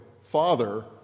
father